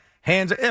hands